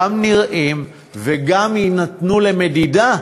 גם נראים וגם יינתנו למדידה,